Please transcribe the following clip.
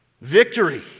victory